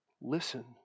Listen